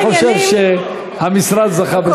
אני חושב שהמשרד זכה בשר טוב.